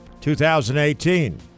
2018